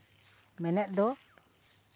ᱢᱮᱱᱮᱫ ᱫᱚ